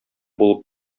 булып